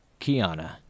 Kiana